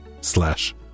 slash